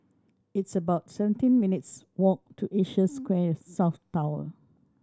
it's about seventeen minutes' walk to Asia Square South Tower